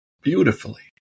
beautifully